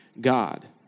God